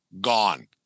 gone